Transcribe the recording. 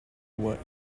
what